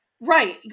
right